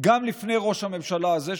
גם לפני ראש הממשלה הזה,